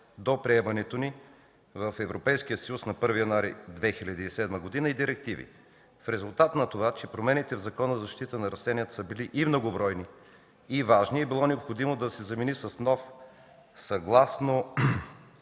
до приемането ни в Европейския съюз на 1 януари 2007 г. и директиви. В резултат на това, че промените в Закона за защита на растенията са били и многобройни, и важни, е било необходимо да се замени с нов съгласно